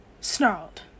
snarled